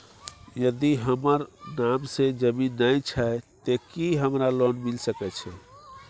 यदि हमर नाम से ज़मीन नय छै ते की हमरा लोन मिल सके छै?